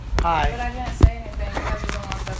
Hi